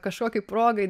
kažkokiai progai